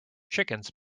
chickens